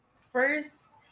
first